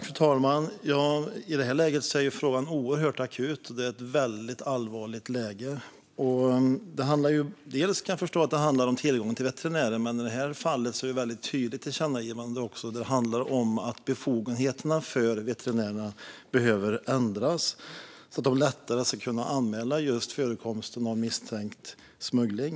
Fru talman! I det här läget är frågan oerhört akut. Det är ett väldigt allvarligt läge. Jag kan förstå att det delvis handlar om tillgång till veterinärer, men i det här fallet finns det ett tydligt tillkännagivande där det handlar om att befogenheterna för veterinärerna behöver ändras så att de lättare ska kunna anmäla just förekomsten av misstänkt smuggling.